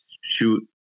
shoot